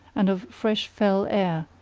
and of fresh fell air,